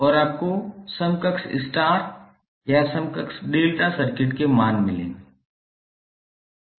और आपको समकक्ष स्टार या समकक्ष डेल्टा सर्किट के मान मिलेंगे